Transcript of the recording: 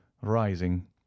rising